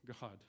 God